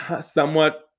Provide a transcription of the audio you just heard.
somewhat